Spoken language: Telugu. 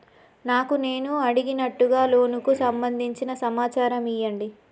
నాకు నేను అడిగినట్టుగా లోనుకు సంబందించిన సమాచారం ఇయ్యండి?